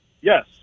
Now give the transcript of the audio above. Yes